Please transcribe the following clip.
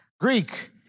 Greek